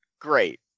great